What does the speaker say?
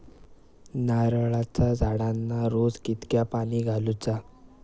नारळाचा झाडांना रोज कितक्या पाणी घालुचा?